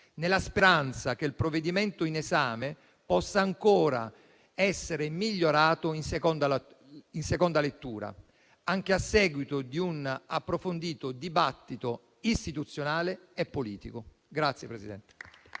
nella speranza che il provvedimento in esame possa ancora essere migliorato in seconda lettura, anche a seguito di un approfondito dibattito istituzionale e politico.